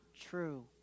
true